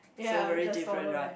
so very different right